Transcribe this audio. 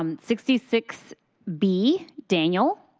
um sixty six b, daniel?